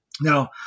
Now